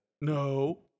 No